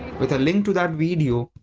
with a link to that video,